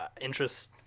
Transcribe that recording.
Interest